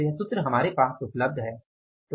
तो यह सूत्र हमारे पास उपलब्ध है